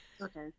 Okay